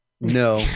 no